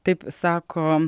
taip sako